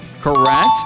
Correct